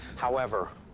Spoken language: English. however,